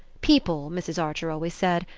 people, mrs. archer always said,